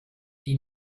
die